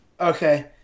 Okay